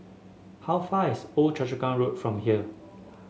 how far is Old Choa Chu Kang Road from here